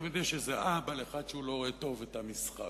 תמיד יש איזה אהבל אחד שלא רואה טוב את המשחק